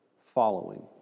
following